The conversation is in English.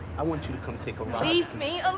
i want you to come take a ride leave me ah